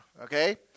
okay